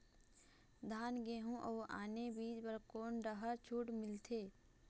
धान गेहूं अऊ आने बीज बर कोन डहर छूट मिलथे?